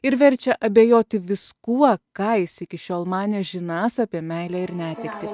ir verčia abejoti viskuo ką jis iki šiol manė žinąs apie meilę ir netektį